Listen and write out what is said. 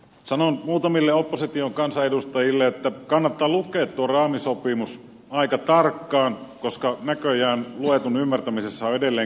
sanon muutamille opposition kansanedustajille että kannattaa lukea tuo raamisopimus aika tarkkaan koska näköjään luetun ymmärtämisessä on edelleenkäsin puutteita